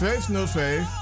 505